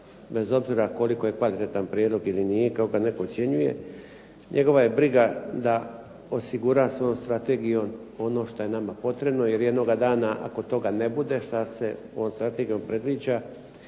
bez obzira koliko je kvalitetan prijedlog ili nije kao kada netko ocjenjuje. Njegova je briga da osigura svojom strategijom ono što je nama potrebno, jer jednoga dana ako toga ne bude što se ovom strategijom predviđa,